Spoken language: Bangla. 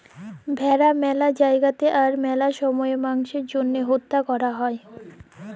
ভেড়া ম্যালা জায়গাতে আর ম্যালা সময়ে মাংসের জ্যনহে হত্যা ক্যরা হ্যয়